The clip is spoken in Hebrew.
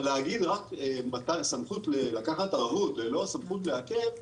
להגיד רק סמכות לקחת ערבות ללא סמכות לעכב,